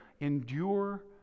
Endure